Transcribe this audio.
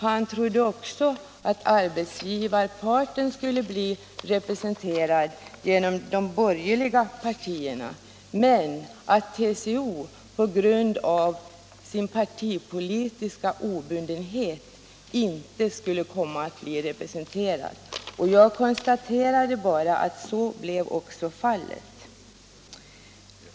Han trodde också att arbetsgivarparten skulle bli representerad genom de borgerliga partierna men att TCO på grund av sin partipolitiska obundenhet inte skulle bli det. Jag konstaterade bara att så också blev fallet.